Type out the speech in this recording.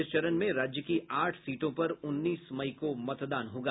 इस चरण में राज्य की आठ सीटों पर उन्नीस मई को मतदान होगा